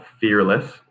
Fearless